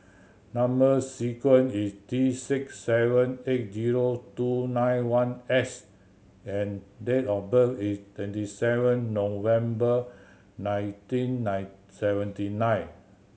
number sequence is T six seven eight zero two nine one S and date of birth is twenty seven November nineteen nine seventy nine